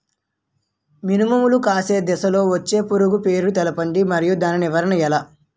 మినుము లో కాయ దశలో వచ్చే పురుగు పేరును తెలపండి? మరియు దాని నివారణ ఎలా?